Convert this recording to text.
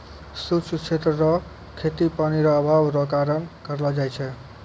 शुष्क क्षेत्र रो खेती पानी रो अभाव रो कारण करलो जाय छै